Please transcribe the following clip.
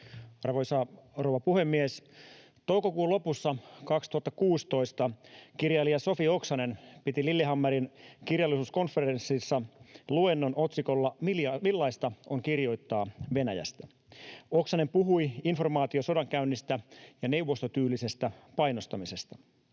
Arvoisa rouva puhemies! Toukokuun lopussa 2016 kirjailija Sofi Oksanen piti Lillehammerin kirjallisuuskonferenssissa luennon otsikolla ”Millaista on kirjoittaa Venäjästä”. Oksanen puhui informaatiosodankäynnistä ja neuvostotyylisestä painostamisesta.